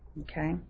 Okay